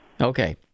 Okay